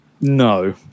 No